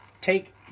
take